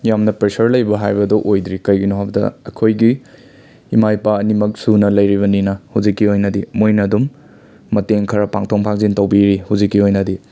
ꯌꯥꯝꯅ ꯄ꯭ꯔꯦꯁꯔ ꯂꯩꯕ ꯍꯥꯏꯕꯗꯣ ꯑꯣꯏꯗ꯭ꯔꯤ ꯀꯩꯒꯤꯅꯣ ꯍꯥꯏꯕꯗ ꯑꯈꯣꯏꯒꯤ ꯏꯃꯥ ꯏꯄꯥ ꯑꯅꯤꯃꯛ ꯁꯨꯅ ꯂꯩꯔꯤꯕꯅꯤꯅ ꯍꯨꯖꯤꯛꯀꯤ ꯑꯣꯏꯅꯗꯤ ꯃꯣꯏꯅ ꯑꯗꯨꯝ ꯃꯇꯦꯡ ꯈꯔ ꯄꯥꯛꯊꯣꯛ ꯄꯥꯡꯖꯤꯟ ꯇꯧꯕꯤꯔꯤ ꯍꯨꯖꯤꯛꯀꯤ ꯑꯣꯏꯅꯗꯤ